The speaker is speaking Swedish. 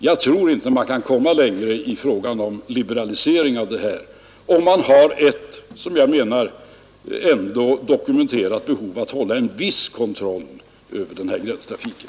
Jag tror inte man kan komma längre i fråga om liberalisering av gränstrafiken, om man ändå har ett, som jag menar, dokumenterat behov av att hålla en viss kontroll över den.